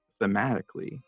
thematically